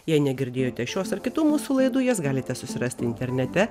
jei negirdėjote šios ir kitų mūsų laidų jas galite susirasti internete